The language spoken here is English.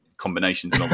combinations